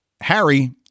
Harry